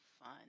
fun